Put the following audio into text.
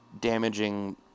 damaging